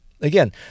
Again